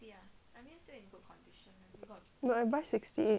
no I buy sixty eight